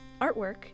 Artwork